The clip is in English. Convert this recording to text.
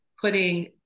putting